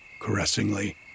caressingly